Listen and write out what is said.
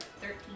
Thirteen